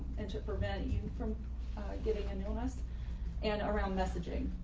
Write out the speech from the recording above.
and to prevent you from getting an illness and around messaging,